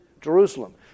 Jerusalem